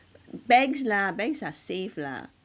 banks lah banks are safe lah